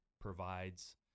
provides